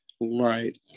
Right